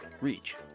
reach